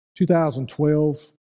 2012